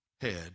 head